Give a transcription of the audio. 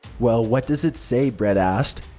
well what does it say? brett asked.